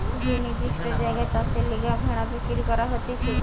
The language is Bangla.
যে নির্দিষ্ট জায়গায় চাষের লিগে ভেড়া বিক্রি করা হতিছে